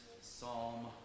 Psalm